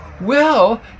Well